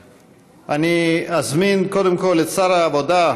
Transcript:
י אזמין קודם כול את שר העבודה,